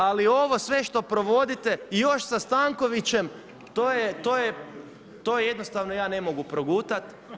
Ali ovo sve što provodite i još sa Stankovićem to jednostavno ja ne mogu progutati.